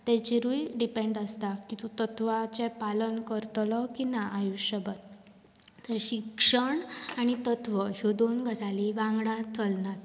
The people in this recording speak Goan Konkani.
ताजेरूय डिपॅंड आसता की तूं तत्वांचें पालन करतलो की ना आयुश्य भर शिक्षण आनी तत्व ह्यो दोन गजाली वांगडा चलनात